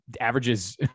averages